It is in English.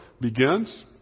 begins